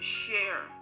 share